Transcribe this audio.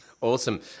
Awesome